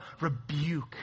rebuke